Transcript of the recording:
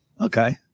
Okay